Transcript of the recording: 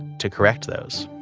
to correct those